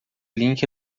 link